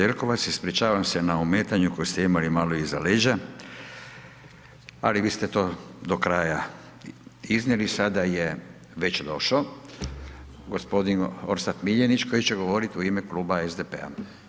Jelkovac, ispričavam se na ometanju koje ste imali malo iza leđa ali vi ste to do kraja iznijeli, sada je došao g. Orsat Miljenić koji će govoriti u ime kluba SDP-a.